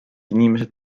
inimesed